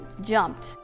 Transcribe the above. jumped